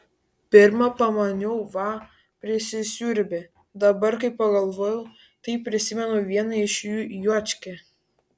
pirma pamaniau va prisisiurbė dabar kai pagalvoju tai prisimenu vieną iš jų juočkę